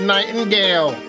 Nightingale